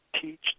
teach